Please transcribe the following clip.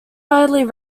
widely